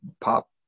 pop